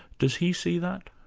does he see that?